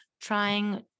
trying